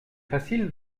facile